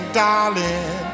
darling